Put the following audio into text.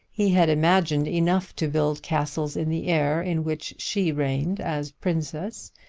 he had imagination enough to build castles in the air in which she reigned as princess,